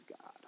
God